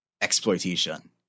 exploitation